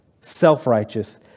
self-righteous